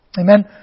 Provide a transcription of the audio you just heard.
Amen